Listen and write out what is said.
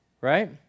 right